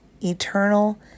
eternal